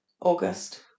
August